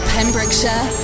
Pembrokeshire